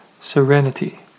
serenity